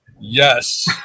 Yes